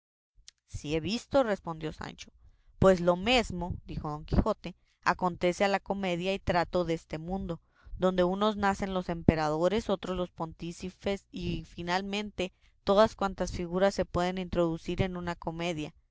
sí he visto respondió sancho pues lo mesmo dijo don quijote acontece en la comedia y trato deste mundo donde unos hacen los emperadores otros los pontífices y finalmente todas cuantas figuras se pueden introducir en una comedia